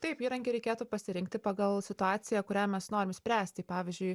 taip įrankį reikėtų pasirinkti pagal situaciją kurią mes norim spręst tai pavyzdžiui